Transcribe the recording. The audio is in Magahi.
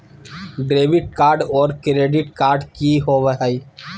डेबिट कार्ड और क्रेडिट कार्ड की होवे हय?